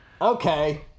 Okay